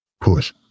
push